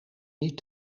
niet